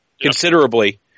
considerably